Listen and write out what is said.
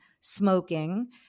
smoking